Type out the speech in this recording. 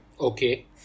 Okay